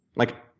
like,